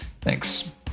Thanks